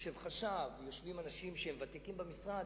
יושב חשב, יושבים אנשים שהם ותיקים במשרד.